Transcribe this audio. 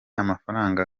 amafaranga